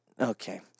okay